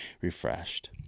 refreshed